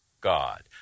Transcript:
God